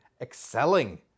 Excelling